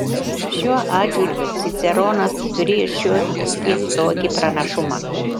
šiuo atžvilgiu ciceronas turėjo šiokį tokį pranašumą